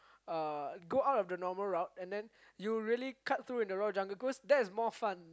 uh go out of the normal route and you really cut through in the raw jungle cause that's more fun